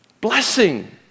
Blessing